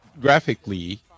graphically